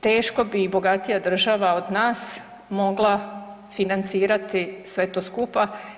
Teško bi i bogatija država od nas mogla financirati sve to skupa.